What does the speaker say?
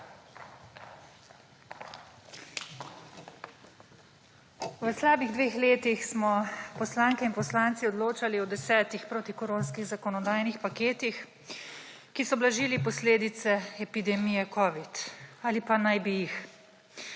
V slabih dveh letih smo poslanke in poslanci odločali o desetih protikoronskih zakonodajnih paketih, ki so blažili posledice epidemije Covid ali pa naj bi jih.